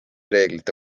reeglite